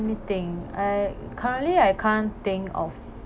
me think I currently I can't think of